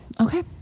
Okay